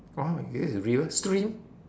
oh ya it's river stream